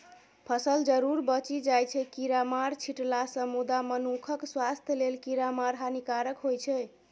फसल जरुर बचि जाइ छै कीरामार छीटलासँ मुदा मनुखक स्वास्थ्य लेल कीरामार हानिकारक होइ छै